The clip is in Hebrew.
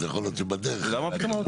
היזם,